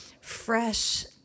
fresh